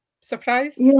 surprised